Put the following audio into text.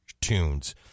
tunes